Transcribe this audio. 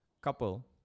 couple